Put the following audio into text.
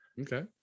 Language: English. Okay